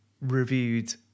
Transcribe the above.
reviewed